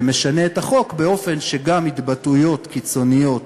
שמשנה את החוק באופן שגם התבטאויות קיצוניות,